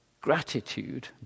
gratitude